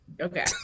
okay